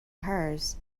hers